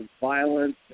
violence